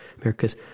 America's